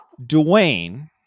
Dwayne